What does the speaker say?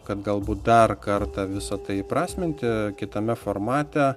kad galbūt dar kartą visa tai įprasminti kitame formate